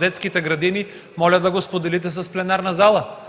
детските градини, моля да го споделите с пленарната зала.